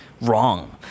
wrong